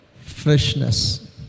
freshness